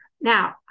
Now